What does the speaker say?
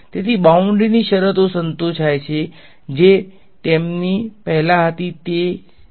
તેથી બાઉડ્રીની શરતો સંતોષાય છે જે તેમની પહેલા હતી તે હવે છે